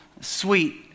sweet